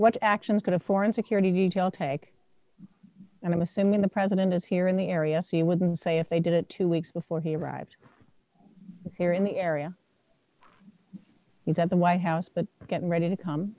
what actions going to foreign security detail take i'm assuming the president is here in the area so you wouldn't say if they did it two weeks before he arrived here in the area at the white house but getting ready to come